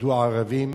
יידו ערבים